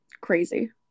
crazy